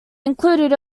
include